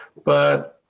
but,